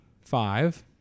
five